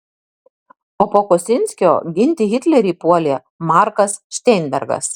o po kosinskio ginti hitlerį puolė markas šteinbergas